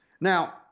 Now